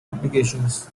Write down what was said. applications